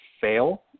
fail